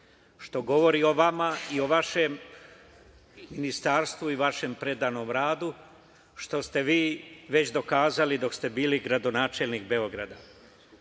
što govori o vama i o vašem ministarstvu i vašem predanom radu, što ste vi već dokazali dok ste bili gradonačelnik Beograda. Dame